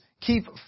keep